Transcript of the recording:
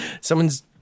someone's